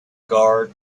guard